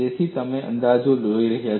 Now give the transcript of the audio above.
તેથી તમે અંદાજો જોઈ રહ્યા છો